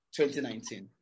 2019